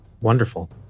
Wonderful